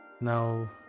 now